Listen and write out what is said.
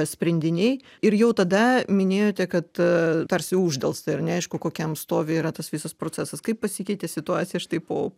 sprendiniai ir jau tada minėjote kad tarsi uždelsta ir neaišku kokiam stovy yra tas visas procesas kaip pasikeitė situacija štai po